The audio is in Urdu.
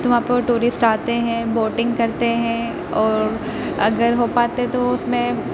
تو وہاں پہ وہ ٹورسٹ آتے ہیں بوٹنگ کرتے ہیں اور اگر ہو پاتا ہے تو وہ اس میں